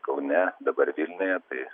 kaune dabar vilniuje tai